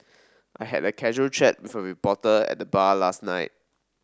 I had a casual chat with a reporter at the bar last night